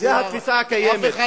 זאת התפיסה הקיימת.